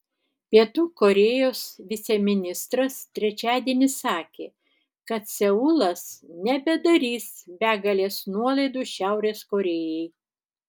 pietų korėjos viceministras trečiadienį sakė kad seulas nebedarys begalės nuolaidų šiaurės korėjai